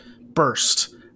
burst